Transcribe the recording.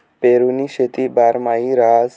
पेरुनी शेती बारमाही रहास